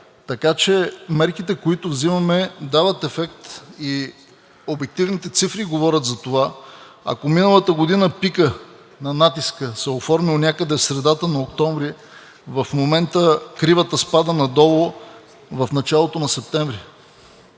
Така че мерките, които взимаме, дават ефект и обективните цифри говорят за това. Ако миналата година пикът на натиска се е оформил някъде в средата на октомври, в момента кривата спада надолу в началото на септември.